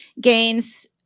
gains